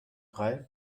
drei